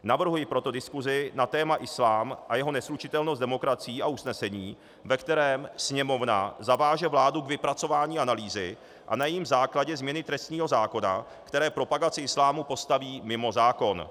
Navrhuji proto diskusi na téma Islám a jeho neslučitelnost s demokracií a usnesení, ve kterém Sněmovna zaváže vládu k vypracování analýzy a na jejím základě změny trestního zákona, které propagaci islámu postaví mimo zákon.